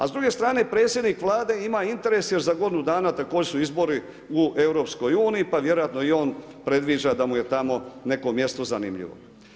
A s druge strane predsjednik Vlade ima interes jer za godinu dana tako su izbori u EU, pa vjerojatno i on predviđa da mu je tamo neko mjesto zanimljivo.